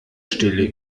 stille